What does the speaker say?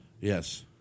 Yes